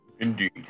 Indeed